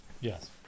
Yes